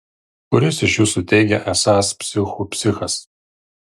kuris iš jūsų teigia esąs psichų psichas